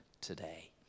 today